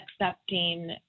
accepting